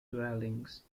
dwellings